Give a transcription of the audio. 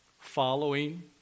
Following